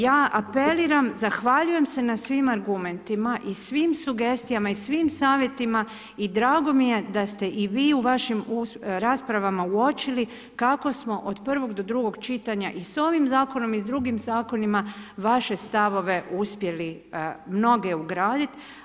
Ja apeliram, zahvaljujem se na svim argumentima i svim sugestijama, i svim savjetima, i drago mi je da ste i vi u vašim raspravama uočili, kako smo od prvog do drugog čitanja i s ovim zakonom i s drugim zakonima, vaše stavove, uspjeli, mnoge ugraditi.